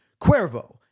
Cuervo